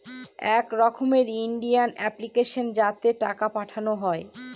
এক রকমের Indian application যাতে টাকা পাঠানো হয়